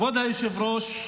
כבוד היושב-ראש,